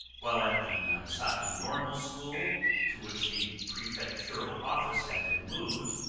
while at the nagasaki normal school to which the prefectural office had been moved,